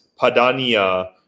Padania